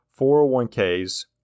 401ks